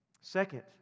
Second